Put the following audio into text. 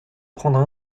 prendre